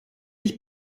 ich